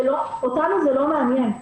אותנו זה לא מעניין.